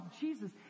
Jesus